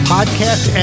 Podcast